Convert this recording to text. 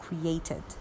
created